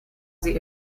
sie